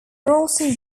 rolleston